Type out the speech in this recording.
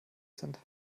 sind